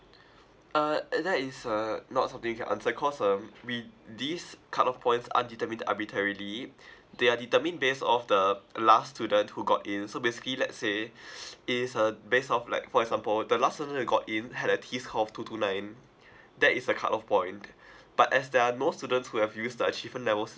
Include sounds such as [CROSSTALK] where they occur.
uh that is uh not something we can answer because um we these cut off points aren't determined arbitrarily they are determined based off the last student who got in so basically lets say [BREATH] it's uh based off like for example the last student that got in had a T score of two two nine that is the cut off point but as there are no students who have used the achievement levels